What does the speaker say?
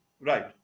Right